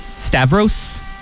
Stavros